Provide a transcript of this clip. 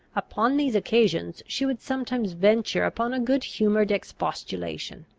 upon these occasions she would sometimes venture upon a good-humoured expostulation